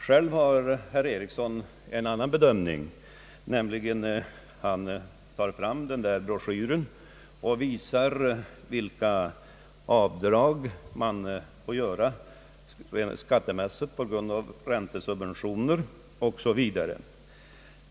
Herr Einar Eriksson har själv en annan bedömning, nämligen när han med hjälp av en broschyr visar vilka avdrag man får göra skattemässigt på grund av räntesubventioner osv.